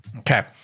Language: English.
Okay